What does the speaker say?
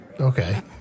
okay